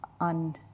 on